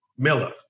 Miller